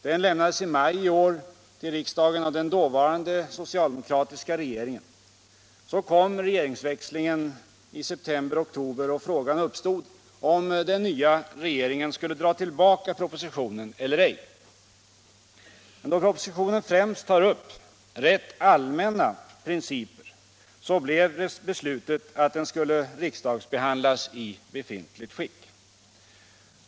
Den lämnades i maj i år till riksdagen av den dåvarande socialdemokratiska regeringen. Så kom regeringsväxlingen i september-oktober och frågan uppstod om den nya regeringen skulle dra tillbaka propositionen eller ej. Då propositionen främst tar upp rent allmänna principer blev beslutet att den skulle riksdagsbehandlas i befintligt skick.